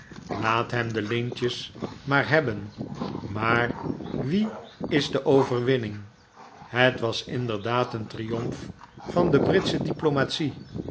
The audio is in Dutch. laat hem de lintjes maar hebben maar wien is de overwinning het was inderdaad een triomf van de britsche diplomatic